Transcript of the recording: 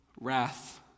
wrath